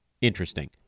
interesting